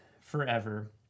forever